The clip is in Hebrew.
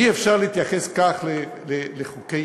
אי-אפשר להתייחס כך לחוקי-יסוד.